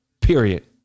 period